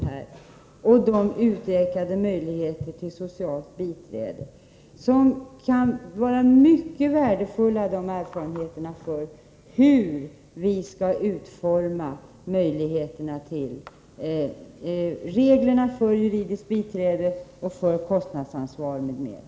Erfarenheterna av utökade möjligheter till socialt biträde kan vara mycket värdefulla då vi skall utforma reglerna för juridiskt biträde, för kostnadsansvar m.m.